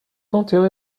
enterré